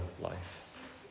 life